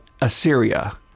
Assyria